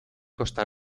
costa